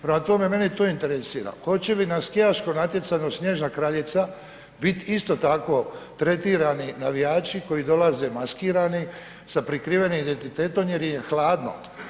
Prema tome, mene to interesira hoće li na skijaško natjecanje „Snježna Kraljica“ biti isto tako tretirani navijači koji dolaze maskirani sa prikrivenim identitetom jer im je hladno.